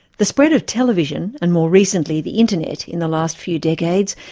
the spread of television, and more recently the internet in the last few decades,